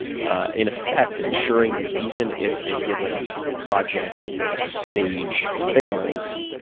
in effect, ensuring that even if a given project or stage fails,